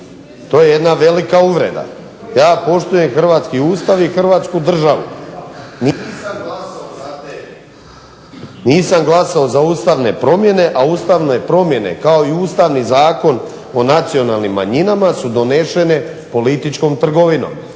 To je jedna velika uvreda. Ja poštujem hrvatski Ustav i Hrvatsku državu. Nisam glasao za ustavne promjene, a ustavne promjene kao i Ustavni zakon o nacionalnim manjinama su donesene političkom trgovinom